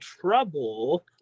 trouble